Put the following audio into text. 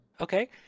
okay